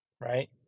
right